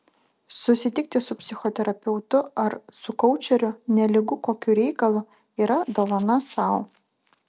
susitikti su psichoterapeutu ar su koučeriu nelygu kokiu reikalu yra dovana sau